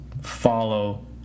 follow